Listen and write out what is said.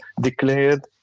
declared